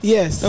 Yes